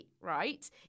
right